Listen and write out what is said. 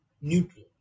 neutral